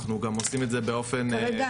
אנחנו גם עושים את זה באופן פרטי.